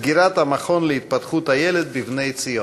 הנושא: סגירת המכון להתפתחות הילד ב"בני ציון".